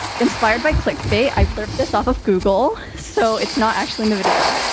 inspired by click bait, i've looked this off of google. so it's not actually in the video.